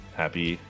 happy